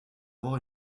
avoir